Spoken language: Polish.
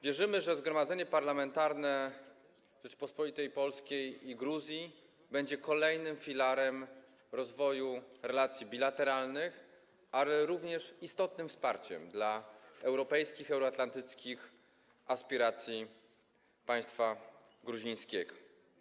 Wierzymy, że Zgromadzenie Parlamentarne Rzeczypospolitej Polskiej i Gruzji będzie kolejnym filarem rozwoju relacji bilateralnych, ale również istotnym wsparciem dla europejskich, euroatlantyckich aspiracji państwa gruzińskiego.